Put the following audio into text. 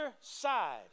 side